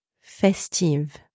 festive